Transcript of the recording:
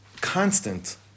constant